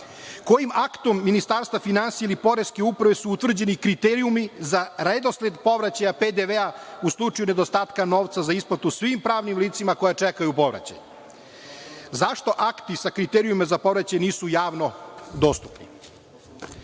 Kojim aktom Ministarstva finansija ili poreske uprave su utvrđeni kriterijumi za redosled povraćaja PDV u slučaju nedostatka novca za isplatu svim pravnim licima koja čekaju povraćaj? Zašto akti sa kriterijumima za povraćaj nisu javno dostupni? Građani